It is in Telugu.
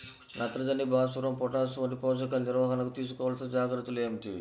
నత్రజని, భాస్వరం, పొటాష్ వంటి పోషకాల నిర్వహణకు తీసుకోవలసిన జాగ్రత్తలు ఏమిటీ?